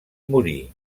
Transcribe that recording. morí